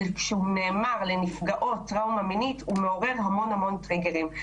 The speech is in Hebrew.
אבל כשהוא נאמר לנפגעות טראומה מינית הוא מעורר המון טריגרים.